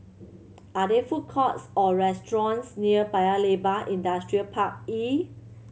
are there food courts or restaurants near Paya Ubi Industrial Park E